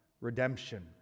redemption